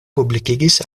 publikigis